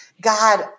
God